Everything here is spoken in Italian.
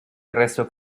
arresto